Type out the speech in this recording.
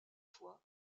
fois